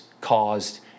caused